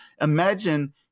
imagine